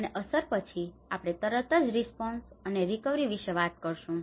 અને અસર પછી આપણે તરત જ રિસ્પોન્સ અને રિકવરી વિશે વાત કરીશું